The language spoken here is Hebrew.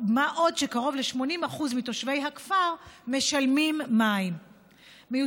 מה גם שקרוב ל-80% מתושבי הכפר משלמים על מים.